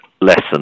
lesson